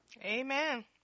Amen